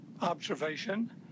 observation